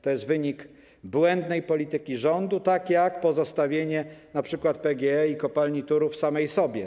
To jest wynik błędnej polityki rządu, tak jak pozostawienie np. PGE i kopalni Turów samych sobie.